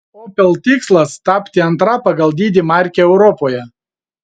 opel tikslas tapti antra pagal dydį marke europoje